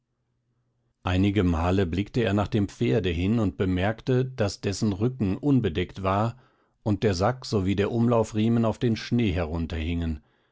einige male blickte er nach dem pferde hin und bemerkte daß dessen rücken unbedeckt war und der sack sowie der umlaufriemen auf den schnee